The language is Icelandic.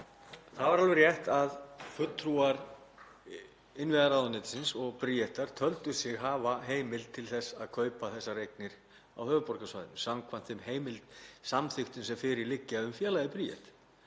Það var alveg rétt að fulltrúar innviðaráðuneytisins og Bríetar töldu sig hafa heimild til að kaupa þessar eignir á höfuðborgarsvæðinu samkvæmt þeim samþykktum sem fyrir liggja um félagið Bríet.